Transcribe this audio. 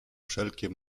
wszelkie